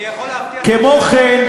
כמו כן,